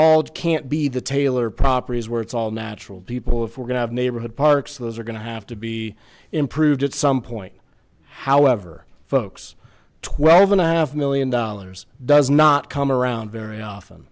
it can't be the taylor properties where it's all natural people if we're going to have neighborhood parks those are going to have to be improved at some point however folks twelve and a half million dollars does not come around very often